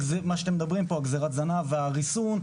גזירת הזנב והריסון,